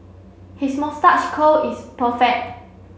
his moustache curl is perfect